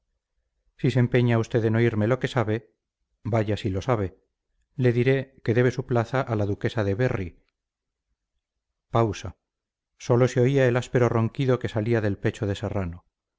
si se empeña usted en oírme lo que sabe vaya si lo sabe le diré que debe su plaza a la duquesa de berry pausa sólo se oía el áspero ronquido que salía del pecho de serrano